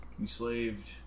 enslaved